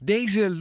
Deze